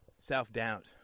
Self-doubt